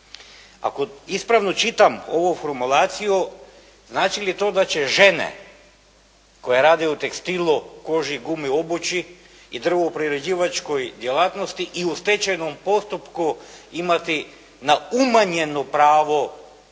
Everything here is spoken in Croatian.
Ako ispravno čitam ovu formulaciju, znači li to da će žene koje rade u tekstilu, koži, gumi, obući i drvoprerađivačkoj djelatnosti i u stečajnom postupku imati na umanjeno pravo